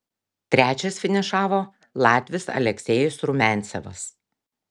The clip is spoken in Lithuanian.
trečias finišavo latvis aleksejus rumiancevas